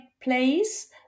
place